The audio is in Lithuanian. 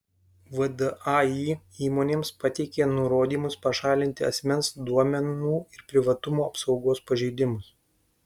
vdai įmonėms pateikė nurodymus pašalinti asmens duomenų ir privatumo apsaugos pažeidimus